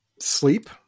sleep